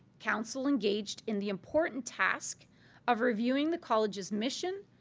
council engaged in the important task of reviewing the college's mission,